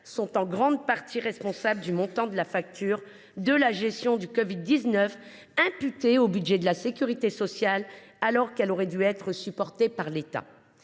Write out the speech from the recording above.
sont en grande partie responsables du montant de la facture de la gestion de la covid 19, imputée au budget de la sécurité sociale alors qu’elle aurait dû être supportée par l’État